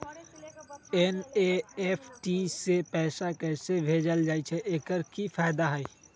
NEFT से पैसा कैसे भेजल जाइछइ? एकर की फायदा हई?